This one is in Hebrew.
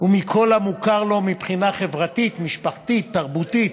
ומכל המוכר לו מבחינה חברתית, משפחתית, תרבותית,